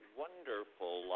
wonderful